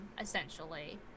essentially